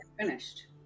finished